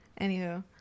Anywho